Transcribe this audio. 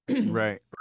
Right